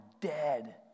dead